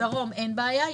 בדרום אין בעיה,